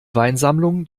weinsammlung